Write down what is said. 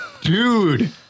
Dude